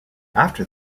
after